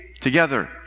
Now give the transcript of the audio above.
together